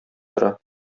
тора